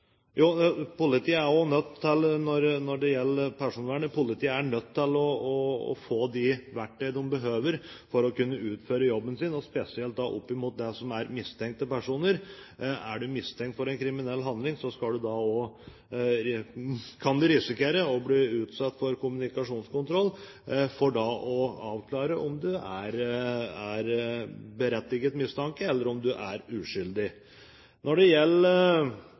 er politiet nødt til å få de verktøyene de behøver for å kunne utføre jobben sin, spesielt opp mot mistenkte personer. Er man mistenkt for en kriminell handling, kan man risikere å bli utsatt for kommunikasjonskontroll, for da å få avklart om mistanken er berettiget eller om man er uskyldig. Når det så gjelder